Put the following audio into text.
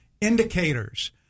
indicators